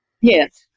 Yes